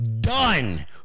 done